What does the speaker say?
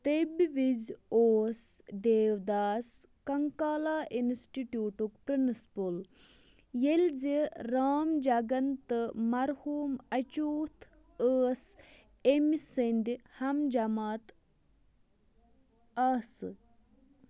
تَمہِ وِزِ اوس دیوداس کنکالا انسٹیٹوٗٹُک پرنٛسپُل ، ییٚلہِ زِ رامجگن تہٕ مرحوٗم اچیوتھ ٲس أمہِ سٕنٛدِ ہم جماعت آسہٕ